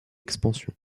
expansion